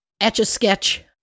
etch-a-sketch